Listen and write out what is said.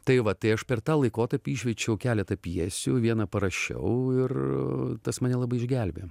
tai va tai aš per tą laikotarpį išverčiau keletą pjesių vieną parašiau ir tas mane labai išgelbėjo